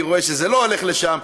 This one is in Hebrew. אני רואה שזה לא הולך לשם,